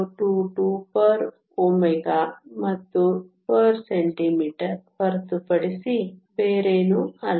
022 Ω 1 ಮತ್ತು cm 1 ಹೊರತುಪಡಿಸಿ ಬೇರೇನೂ ಅಲ್ಲ